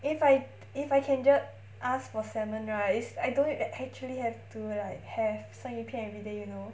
if I if I can just ask for salmon right is I don't need to actually have to like have 生鱼片 everyday you know